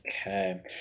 Okay